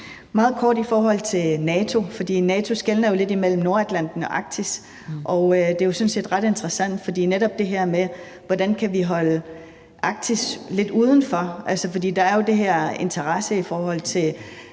Meget kort vil jeg sige noget om NATO. NATO skelner jo lidt imellem Nordatlanten og Arktis, og det er sådan set ret interessant. Det er netop det her med, hvordan vi kan holde Arktis lidt udenfor. For der er jo den her interesse i forhold til